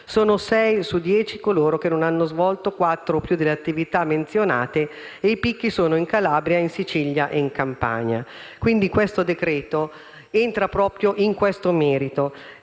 Sono sei su 10 coloro che non hanno svolto quattro o più delle attività menzionate e i picchi sono in Calabria, in Sicilia e in Campania. Quindi il decreto-legge al nostro esame entra proprio in questo merito.